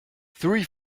three